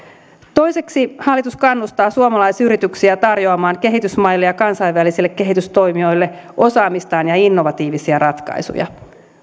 toiseksi hallitus kannustaa suomalaisyrityksiä tarjoamaan kehitysmaille ja kansainvälisille kehitystoimijoille osaamistaan ja innovatiivisia ratkaisuja